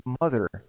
mother